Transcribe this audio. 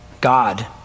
God